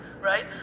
right